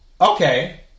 okay